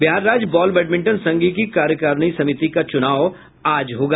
बिहार राज्य ball badminton संघ की कार्यकारिणी समिति का चुनाव आज होगा